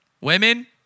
Women